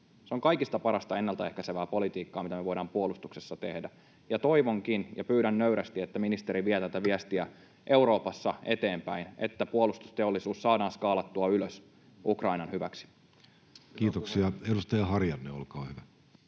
Se on kaikista parasta ennaltaehkäisevää politiikkaa, mitä me voidaan puolustuksessa tehdä. Toivonkin ja pyydän nöyrästi, että ministeri vie tätä viestiä Euroopassa eteenpäin, että puolustusteollisuus saadaan skaalattua ylös Ukrainan hyväksi. [Speech 404] Speaker: Jussi